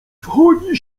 wchodzi